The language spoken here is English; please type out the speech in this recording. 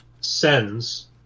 sends